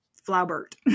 Flaubert